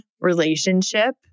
relationship